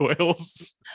oils